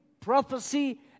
prophecy